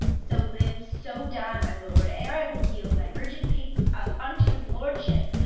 so live, so die, my lord, ere i will yield my virgin patent up unto his lordship,